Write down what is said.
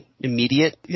immediate